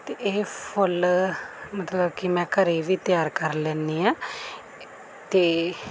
ਅਤੇ ਇਹ ਫੁੱਲ ਮਤਲਬ ਕਿ ਮੈਂ ਘਰੇ ਵੀ ਤਿਆਰ ਕਰ ਲੈਂਦੀ ਹਾਂ ਅਤੇ